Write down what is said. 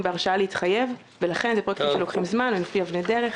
פרויקטים בהרשאה להתחייב ואלה פרויקטים שלוקחים זמן והם לפי אבני דרך,